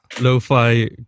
Lo-fi